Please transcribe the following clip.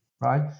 right